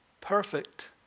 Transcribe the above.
perfect